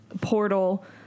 Portal